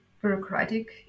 bureaucratic